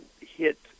hit